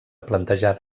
plantejada